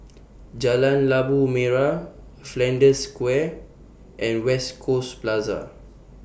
Jalan Labu Merah Flanders Square and West Coast Plaza